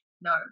no